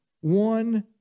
one